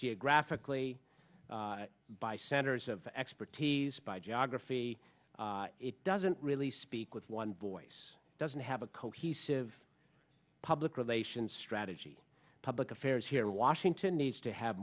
geographically by centers of expertise by geography it doesn't really speak with one voice doesn't have a cohesive public relations strategy public affairs here washington needs to have